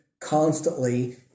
constantly